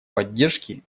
поддержке